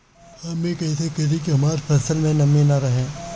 हम ई कइसे करी की हमार फसल में नमी ना रहे?